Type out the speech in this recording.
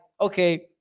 okay